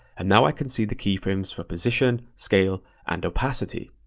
and now i can see the keyframes for position, scale, and opacity.